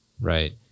right